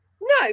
No